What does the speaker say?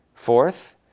fourth